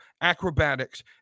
acrobatics